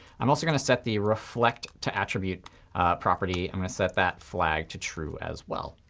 i'm also going to set the reflect to attribute property. i'm going to set that flag to true as well.